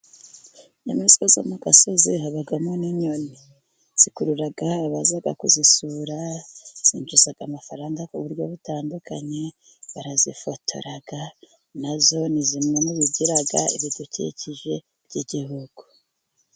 Inyamaswa zo mu gasozi habamo n'inyoni. Zikurura abaza kuzisura, zinjiza amafaranga ku buryo butandukanye, barazifotora. Na zo ni zimwe mu bigira ibidukikije by'igihugu.